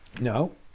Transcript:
No